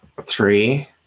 three